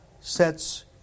sets